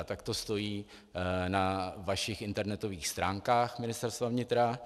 Tak to stojí na vašich internetových stránkách Ministerstva vnitra.